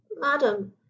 Madam